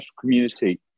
community